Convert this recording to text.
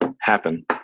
happen